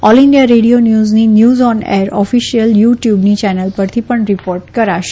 all India radio ન્યુઝની news on air official યુ ટયુબની ચેનલ પરથી રીપોર્ટ કરાશે